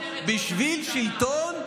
בשביל שלטון,